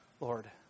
Lord